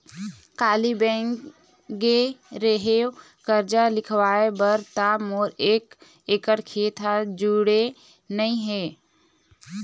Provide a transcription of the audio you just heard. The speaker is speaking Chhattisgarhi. काली बेंक गे रेहेव करजा लिखवाय बर त मोर एक एकड़ खेत ह जुड़े नइ हे